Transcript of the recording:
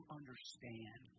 understand